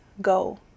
go